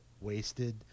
wasted